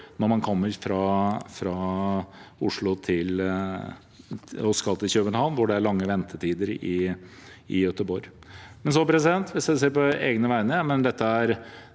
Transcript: når man kommer fra Oslo og skal til København, hvor det er lange ventetider i Göteborg. Jeg kunne ha lyst til å si det på egne vegne,